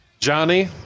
johnny